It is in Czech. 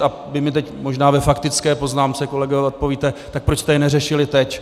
A vy mně teď možná ve faktické poznámce, kolegové, odpovíte tak proč jste je neřešili teď?